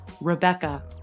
Rebecca